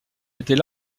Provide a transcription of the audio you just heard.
était